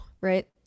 right